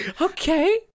Okay